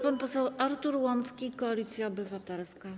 Pan poseł Artur Łącki, Koalicja Obywatelska.